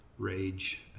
rage